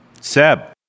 Seb